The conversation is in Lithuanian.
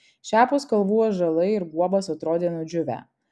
šiapus kalvų ąžuolai ir guobos atrodė nudžiūvę